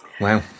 Wow